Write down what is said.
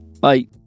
bye